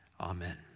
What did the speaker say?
amen